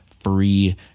free